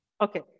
Okay